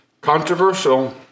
controversial